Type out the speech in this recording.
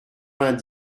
vingt